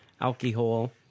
alcohol